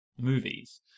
movies